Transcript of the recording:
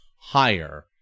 higher